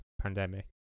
pandemic